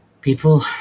people